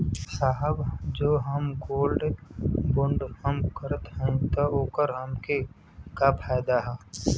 साहब जो हम गोल्ड बोंड हम करत हई त ओकर हमके का फायदा ह?